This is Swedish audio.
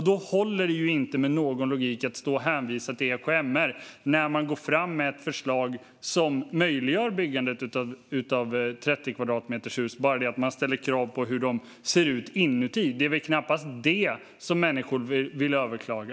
Då håller det inte med någon logik att stå och hänvisa till EKMR när man går fram med ett förslag som möjliggör byggandet av hus på 30 kvadratmeter men ställer krav på hur de ser ut inuti. Det är väl knappast det som människor vill överklaga.